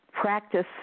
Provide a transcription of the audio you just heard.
practice